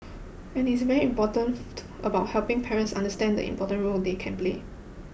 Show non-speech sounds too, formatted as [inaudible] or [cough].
and is very important [noise] about helping parents understand the important role they can play